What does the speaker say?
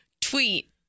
tweet